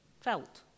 felt